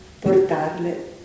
portarle